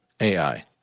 AI